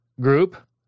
group